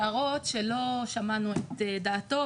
יש את פקיד היערות שלא שמענו את דעתו,